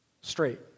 straight